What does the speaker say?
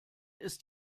ist